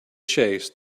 chase